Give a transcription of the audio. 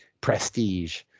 prestige